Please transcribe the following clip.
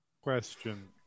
question